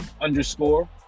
underscore